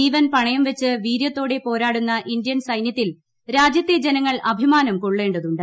ജീവൻ പണയം വച്ച് വീര്യത്തോടെ പോരാടുന്ന ഇന്ത്യൻ സൈന്യത്തിൽ രാജ്യത്തെ ജനങ്ങൾ അഭിമാനം കൊള്ളേണ്ടതുണ്ട്